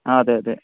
ആ അതെ അതെ